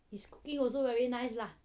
his cooking also very nice lah